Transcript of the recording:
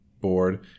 board